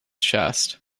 chest